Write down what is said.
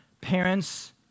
parents